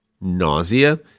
nausea